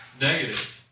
Negative